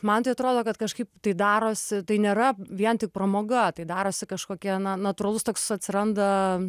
man tai atrodo kad kažkaip tai darosi tai nėra vien tik pramoga tai darosi kažkokie natūralus toks atsiranda